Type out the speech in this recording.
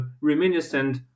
reminiscent